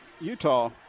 Utah